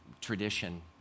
tradition